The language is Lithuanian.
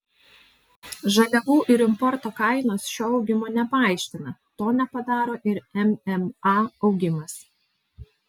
žaliavų ir importo kainos šio augimo nepaaiškina to nepadaro ir mma augimas